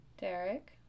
Derek